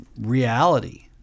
reality